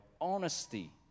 honesty